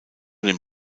den